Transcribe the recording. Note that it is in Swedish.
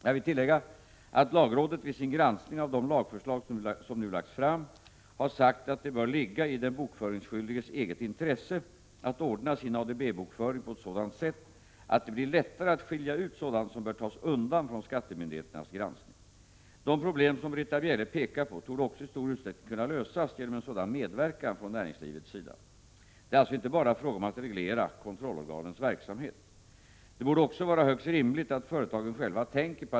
Jag vill tillägga att lagrådet vid sin granskning av de lagförslag som nu lagts fram har sagt att det bör ligga i den bokföringsskyldiges eget intresse att ordna sin ADB-bokföring på ett sådant sätt att det blir lättare att skilja ut sådant som bör tas undan från skattemyndigheternas granskning. De problem som Britta Bjelle pekar på torde också i stor utsträckning kunna lösas genom en sådan medverkan från näringslivets sida. Det är alltså inte bara fråga om att reglera kontrollorganens verksamhet.